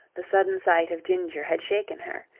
the sudden sight of ginger had shaken her.